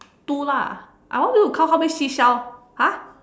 two lah I want you to count how many seashells !huh!